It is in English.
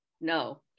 No